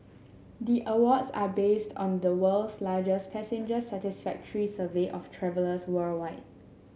the awards are based on the world's largest passenger satisfactory survey of travellers worldwide